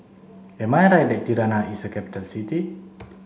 am I right that Tirana is a capital city